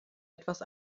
etwas